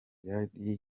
yari